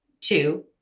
Two